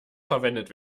verwendet